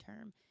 term